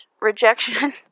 rejection